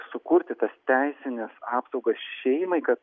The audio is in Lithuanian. sukurti tas teisines apsaugas šeimai kad